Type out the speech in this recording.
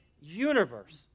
universe